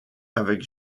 avec